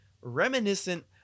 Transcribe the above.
Reminiscent